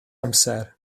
amser